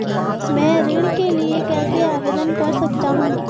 मैं ऋण के लिए कैसे आवेदन कर सकता हूं?